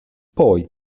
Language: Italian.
poi